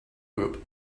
group